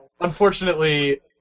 unfortunately